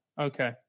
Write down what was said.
Okay